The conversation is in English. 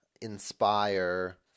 inspire